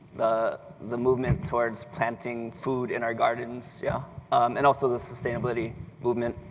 the the movement towards planting foods in our gardens, yeah and also the sustainability movement.